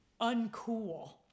uncool